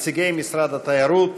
נציגי משרד התיירות,